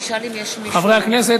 חברי הכנסת,